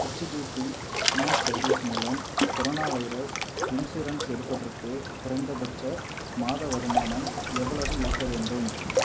HDB finance service மூலம் corona virus insurance எடுப்பதற்கு குறைந்தபட்ச மாத வருமானம் எவ்வளவு இருக்கவேண்டும்